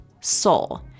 soul